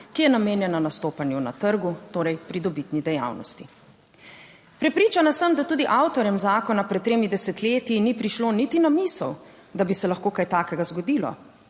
ki je namenjena nastopanju na trgu, torej pridobitni dejavnosti. Prepričana sem, da tudi avtorjem zakona pred tremi desetletji ni prišlo niti na misel, da bi se lahko kaj takega zgodilo,